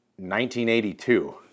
1982